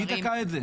מי תקע את זה?